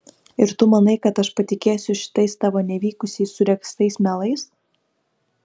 ir tu manai kad aš patikėsiu šitais tavo nevykusiai suregztais melais